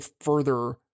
further